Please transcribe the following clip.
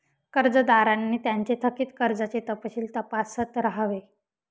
कर्जदारांनी त्यांचे थकित कर्जाचे तपशील तपासत राहावे